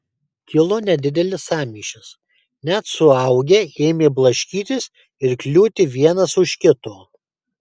kilo nedidelis sąmyšis net suaugę ėmė blaškytis ir kliūti vienas už kito